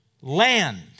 land